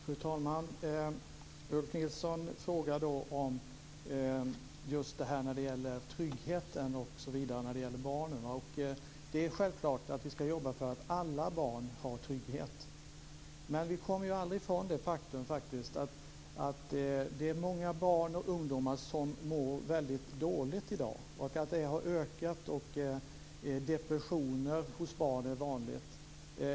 Fru talman! Ulf Nilsson frågar om det här med trygghet när det gäller barnen osv. Det är självklart att vi skall jobba för att alla barn har trygghet. Men vi kommer aldrig ifrån det faktum att det är många barn och ungdomar som mår väldigt dåligt i dag. Detta har ökat. Depressioner hos barn är vanliga.